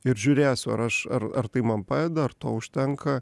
ir žiūrėsiu ar aš ar ar tai man padeda ar to užtenka